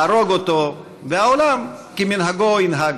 להרוג אותו, והעולם כמנהגו ינהג.